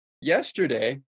yesterday